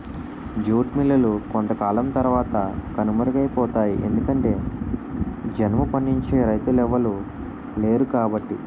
jute మిల్లులు కొంతకాలం తరవాత కనుమరుగైపోతాయి ఎందుకంటె జనుము పండించే రైతులెవలు లేరుకాబట్టి